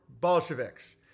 Bolsheviks